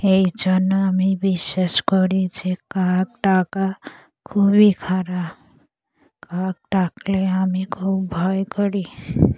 এই জন্য আমি বিশ্বাস করি যে কাক ডাকা খুবই খারাপ কাক ডাকলে আমি খুব ভয় করি